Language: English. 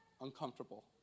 uncomfortable